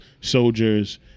soldiers